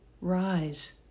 rise